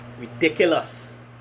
Ridiculous